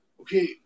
okay